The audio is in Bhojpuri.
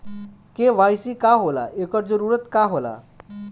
के.वाइ.सी का होला एकर जरूरत का होला?